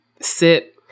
sit